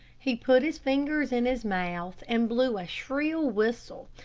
he put his fingers in his mouth and blew a shrill whistle,